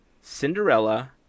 Cinderella